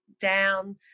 down